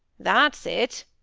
that's it